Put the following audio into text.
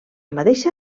mateixa